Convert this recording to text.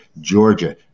Georgia